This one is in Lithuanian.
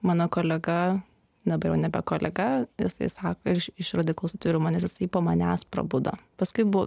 mano kolega dabar jau nebe kolega jisai sako iš iš radikalaus atvirumo nes jisai po manęs prabudo paskui buvo